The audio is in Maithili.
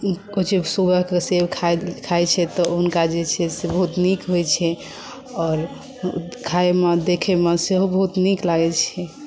ओ छै सुबहके सेब खाइ खाइत छै तऽ हुनका जे छै से बहुत नीक होइत छै आओर खाइमे देखैमे सेहो बहुत नीक लागैत छै